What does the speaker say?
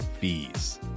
fees